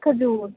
ਖਜੂਰ